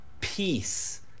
peace